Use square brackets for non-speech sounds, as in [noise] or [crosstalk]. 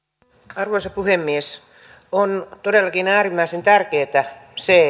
arvoisa puhemies on todellakin äärimmäisen tärkeätä se [unintelligible]